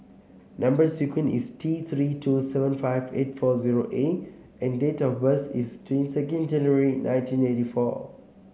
number sequence is T Three two seven five eight four zero A and date of birth is twenty second January nineteen eighty four